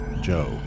Joe